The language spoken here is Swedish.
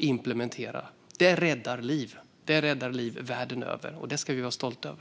implementera nollvisionen. Det räddar liv. Det räddar liv världen över, och det ska vi vara stolta över.